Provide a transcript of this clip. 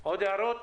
עוד הערות?